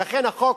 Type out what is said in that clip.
ולכן החוק